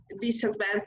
disadvantage